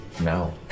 No